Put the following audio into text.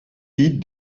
pie